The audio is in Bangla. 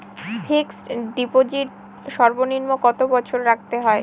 ফিক্সড ডিপোজিট সর্বনিম্ন কত বছর রাখতে হয়?